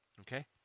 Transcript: Okay